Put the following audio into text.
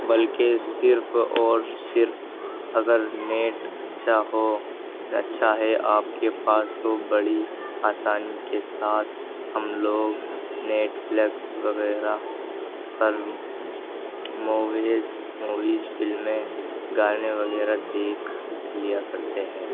بلکہ صرف اور صرف اگر نیٹ اچّھا اچّھا ہے آپ کے پاس تو بڑی آسانی کے ساتھ ہم لوگ نیٹفلیکس وغیرہ پر موویز موویز فلمیں گانے وغیرہ دیکھ لیا کرتے ہیں